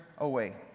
away